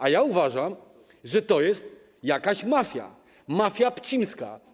A ja uważam, że to jest jakaś mafia, mafia pcimska.